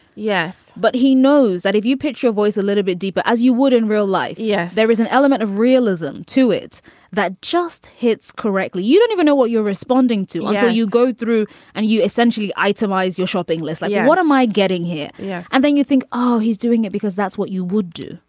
yes but he knows that if you pitch your voice a little bit deeper as you would in real life. yes there is an element of realism to it that just hits correctly you don't even know what you're responding to. and so you go through and you essentially itemize your shopping list like what am i getting here. yeah and then you think oh he's doing it because that's what you would do.